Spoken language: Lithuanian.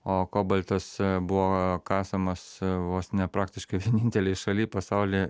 o kobaltas buvo kasamas vos ne praktiškai vienintelėj šaly pasauly